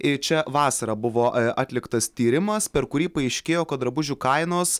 ir čia vasarą buvo atliktas tyrimas per kurį paaiškėjo kad drabužių kainos